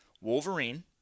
Wolverine